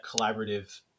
collaborative